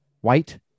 white